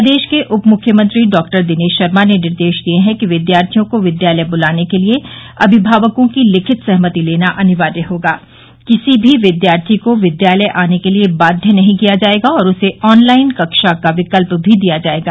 प्रदेश के उप मुख्यमंत्री डॉक्टर दिनेश शर्मा ने निर्देश दिए हैं कि विद्यार्थियों को विद्यालय बूलाने के लिए अभिभावकों की लिखित सहमति लेना अनिवार्य होगा किसी भी विद्यार्थी को विद्यालय आने के लिए वाध्य नहीं किया जायेगा और उसे ऑनलाइन कक्षा का विकल्प भी दिया जायेगा